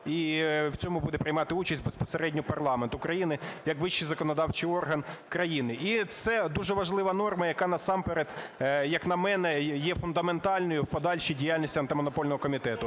І в цьому буде приймати участь безпосередньо парламент України як вищий законодавчий орган країни. І це дуже важлива норма, яка насамперед, як на мене, є фундаментальною в подальшій діяльності Антимонопольного комітету.